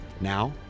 Now